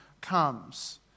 comes